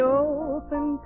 open